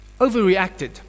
overreacted